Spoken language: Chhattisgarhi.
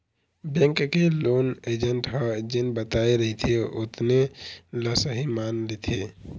बेंक के लोन एजेंट ह जेन बताए रहिथे ओतने ल सहीं मान लेथे